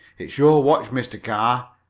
it's your watch, mr. carr.